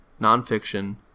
nonfiction